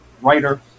writer